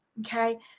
Okay